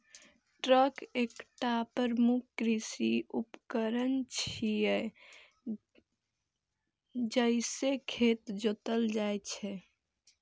tractor एकटा प्रमुख कृषि उपकरण छियै, जइसे खेत जोतल जाइ छै